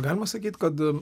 galima sakyt kad